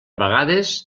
vegades